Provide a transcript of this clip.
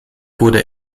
wurde